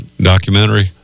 Documentary